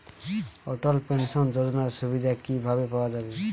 অটল pension যোজনার সুবিধা কি ভাবে পাওয়া যাবে?